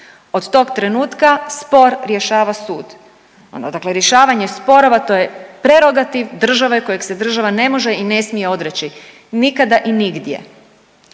Od tog trenutka spor rješava sud. Ono dakle rješavanje sporova to je prerogativ države kojeg se država ne može i ne smije odreći nikada i nigdje.